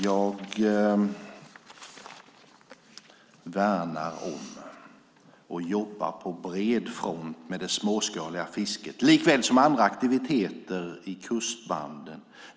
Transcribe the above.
Jag värnar om och jobbar på bred front med det småskaliga fisket, likaväl som med andra aktiviteter i kustbanden.